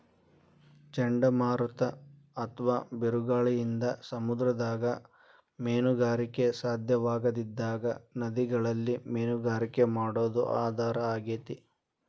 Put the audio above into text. ಚಂಡಮಾರುತ ಅತ್ವಾ ಬಿರುಗಾಳಿಯಿಂದ ಸಮುದ್ರದಾಗ ಮೇನುಗಾರಿಕೆ ಸಾಧ್ಯವಾಗದಿದ್ದಾಗ ನದಿಗಳಲ್ಲಿ ಮೇನುಗಾರಿಕೆ ಮಾಡೋದು ಆಧಾರ ಆಗೇತಿ